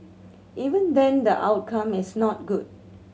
even then the outcome is not good